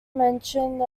mentioned